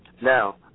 Now